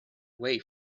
way